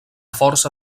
força